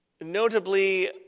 notably